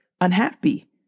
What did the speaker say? unhappy